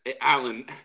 Alan